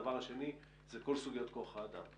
הדבר השני, כל סוגי כוח האדם.